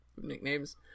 nicknames